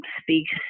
speaks